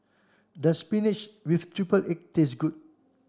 does spinach with triple egg taste good